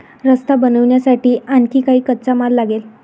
रस्ता बनवण्यासाठी आणखी काही कच्चा माल लागेल